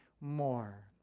more